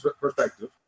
perspective